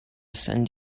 send